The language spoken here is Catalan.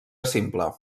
simple